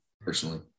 personally